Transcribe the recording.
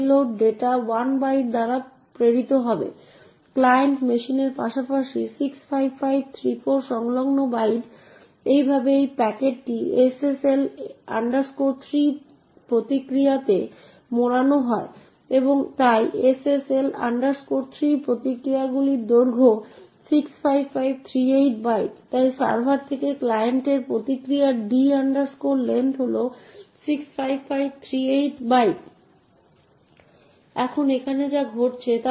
সুতরাং আসুন আমরা শুধু চালিয়ে যাই এবং দেখি printf আসলে কি প্রিন্ট করে এবং আপনি এটির দিকে তাকান এবং আপনি যা দেখতে পান তা হল যে এই 0টি স্ট্যাকের এই বিশেষ 0 এর সাথে মিলে যায় যা এই প্রথম x 64 এর সাথে সম্পর্কিত যা এখানে উপস্থিত রয়েছে